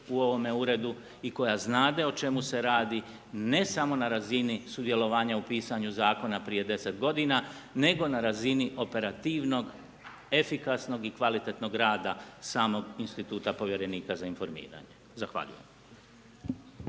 u ovome uredu i koja znade o čemu se radi, ne samo na razini sudjelovanja u pisanju zakona prije 10 godina nego na razini operativnog, efikasnog i kvalitetnog rada samog instituta povjerenika za informiranje. Zahvaljujem.